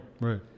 Right